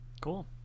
Cool